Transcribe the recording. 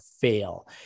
fail